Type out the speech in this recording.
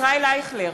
ישראל אייכלר,